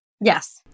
Yes